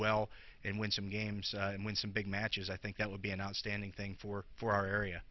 well and win some games and win some big matches i think that would be an outstanding thing for for our area